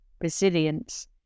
resilience